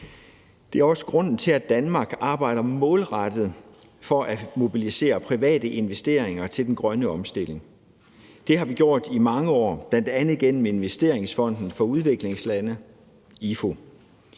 Det er også grunden til, at Danmark arbejder målrettet for at mobilisere private investeringer til den grønne omstilling. Det har vi gjort i mange år, bl.a. gennem Investeringsfonden For Udviklingslande, IFU.